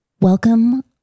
Welcome